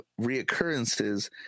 reoccurrences